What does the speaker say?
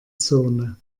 zone